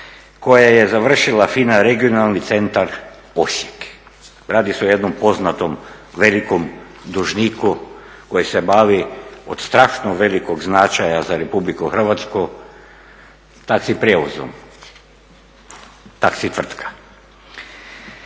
koja je završila FINA Regionalni centar Osijek. Radi se o jednom poznatom velikom dužniku koji se bavi od strašno velikog značaja za RH, taxi prijevozom, taxi tvrtka.